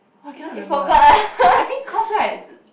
!wah! cannot remember eh I think cause right